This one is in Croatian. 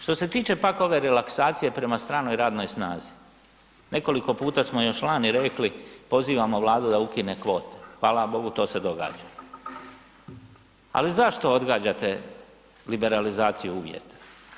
Što se tiče pak ove relaksacije prema stranoj radnoj snazi, nekoliko puta smo još lani rekli pozivamo Vladu da ukine kvote, hvala Bogu to se događa, ali zašto odgađate liberalizaciju uvjeta?